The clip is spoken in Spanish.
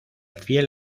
fiel